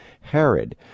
Herod